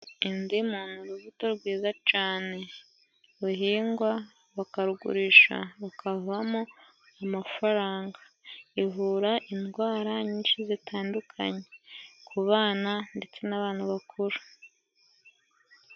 Indimu ni urubuto rwiza cane ruhingwa bakarugurisha rukavamo amafaranga, ivura indwara nyinshi zitandukanye ku bana ndetse n'abantu bakuru.